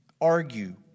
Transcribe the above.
argue